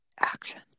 action